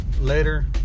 later